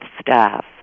staff